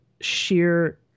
sheer